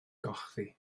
gochddu